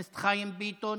חבר הכנסת חיים ביטון,